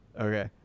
Okay